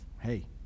Hey